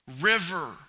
River